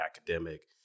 academic